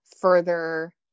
further